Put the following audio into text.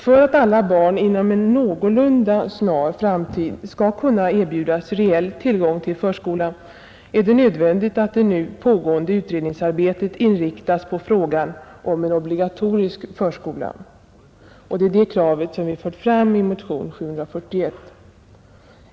För att alla barn inom en någorlunda snar framtid skall kunna erbjudas reell tillgång till förskola är det nödvändigt att det nu pågående utredningsarbetet inriktas på frågan om en obligatorisk förskola. Det är det kravet som vi fört fram i motion 741.